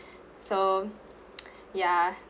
so ya